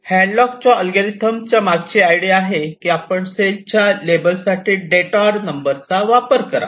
हॅडलॉकच्या algorithm मागची idea आहे की आपण सेलच्या लेबलसाठी डेटोर नंबरचा वापर करा